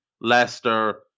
Leicester